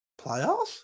playoffs